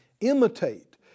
imitate